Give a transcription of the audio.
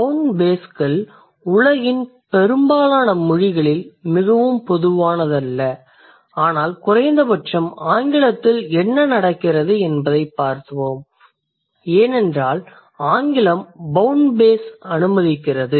bound base கள் உலகின் பெரும்பாலான மொழிகளில் மிகவும் பொதுவானதல்ல ஆனால் குறைந்த பட்சம் ஆங்கிலத்தில் என்ன நடக்கிறது என்பதைப் பார்ப்போம் ஏனென்றால் ஆங்கிலம் பௌண்ட் பேஸ் களை அனுமதிக்கிறது